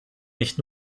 nicht